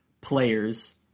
players